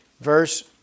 verse